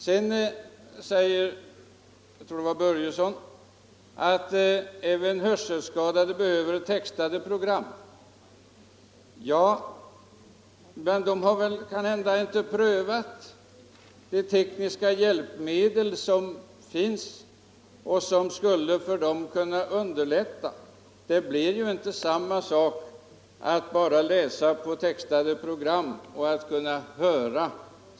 Jag tror att det var herr Börjesson i Falköping som sade att även hörselskadade behöver textade program. Ja, men de har kanske inte prövat de tekniska hjälpmedel som finns och som skulle för dem underlätta att tillgodogöra sig programmen. Det blir ju inte samma sak att läsa texten som att kunna höra.